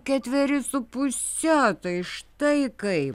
ketveri su puse tai štai kaip